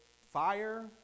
fire